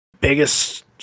biggest